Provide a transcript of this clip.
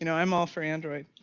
you know i'm all for android.